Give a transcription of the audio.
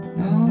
no